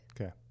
Okay